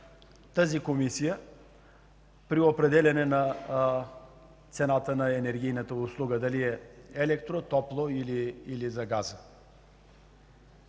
тази Комисия при определяне на цената на енергийната услуга – дали е електро-, топло- или за газта.